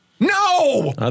No